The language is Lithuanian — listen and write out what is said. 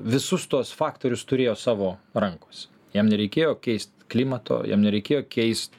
visus tuos faktorius turėjo savo rankose jam nereikėjo keist klimato jam nereikėjo keist